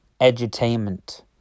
Edutainment